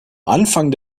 anfang